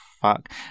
fuck